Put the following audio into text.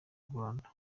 rwanda